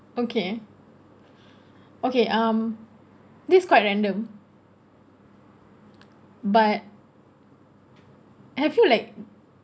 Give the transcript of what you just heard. okay okay um this quite random but have you like